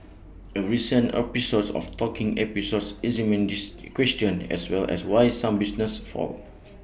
A recent episode of talking episode examined this question as well as why some businesses fail